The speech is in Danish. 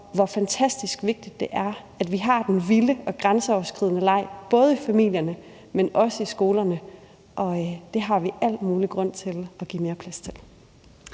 vigtigt det er, at vi har den vilde og grænseoverskridende leg, både i familierne, men også i skolerne. Det har vi al mulig grund til at give mere plads til.